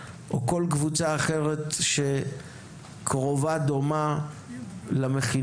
או כל קבוצה אחרת שקרובה או דומה למכינות?